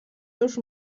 już